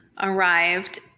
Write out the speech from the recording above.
arrived